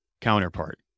counterpart